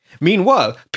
Meanwhile